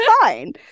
fine